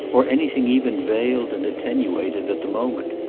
or anything even veiled and attenuated, at the moment.